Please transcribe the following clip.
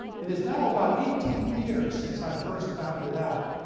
it is now about eighteen years since i first found it out,